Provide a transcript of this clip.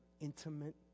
intimate